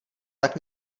tak